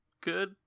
good